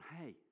hey